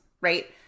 right